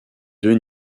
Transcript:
deux